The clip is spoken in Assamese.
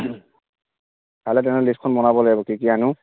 কাইলে তেনে লিষ্টখন বনাব লাগিব কি কি আনো